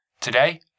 Today